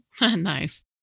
Nice